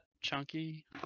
chunky